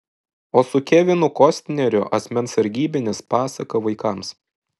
o su kevinu kostneriu asmens sargybinis pasaka vaikams